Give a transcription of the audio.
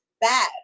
bad